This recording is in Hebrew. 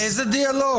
איזה דיאלוג?